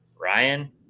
Ryan